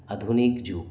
ᱟᱫᱷᱩᱱᱤᱠ ᱡᱩᱜᱽ